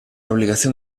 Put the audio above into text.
obligación